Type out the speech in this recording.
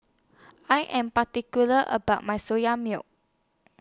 I Am particular about My Soya Milk